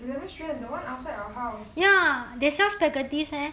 eleven strand the [one] outside our house